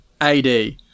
AD